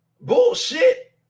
Bullshit